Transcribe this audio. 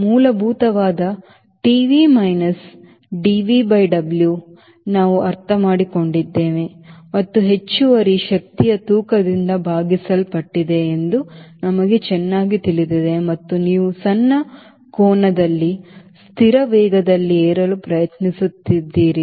ಮೂಲಭೂತವಾದ T V minus D V by W ನಾವು ಅರ್ಥಮಾಡಿಕೊಂಡಿದ್ದೇವೆ ಮತ್ತು ಹೆಚ್ಚುವರಿ ಶಕ್ತಿಯು ತೂಕದಿಂದ ಭಾಗಿಸಲ್ಪಟ್ಟಿದೆ ಎಂದು ನಮಗೆ ಚೆನ್ನಾಗಿ ತಿಳಿದಿದೆ ಮತ್ತು ನೀವು ಸಣ್ಣ ಕೋನದಲ್ಲಿ ಸ್ಥಿರ ವೇಗದಲ್ಲಿ ಏರಲು ಪ್ರಯತ್ನಿಸುತ್ತಿದೆ